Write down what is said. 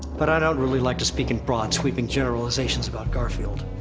but i don't really like to speak in broad sweeping generalizations about garfield.